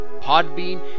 Podbean